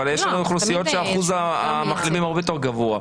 אבל יש לנו אוכלוסיות שאחוז המחלימים הרבה יותר גבוה,